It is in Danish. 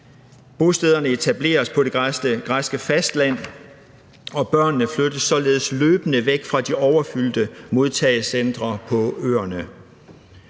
Bostederne etableres på det græske fastland, og børnene flyttes således løbende væk fra de overfyldte modtagecentre på øerne.